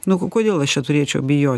nu ko kodėl aš turėčiau bijot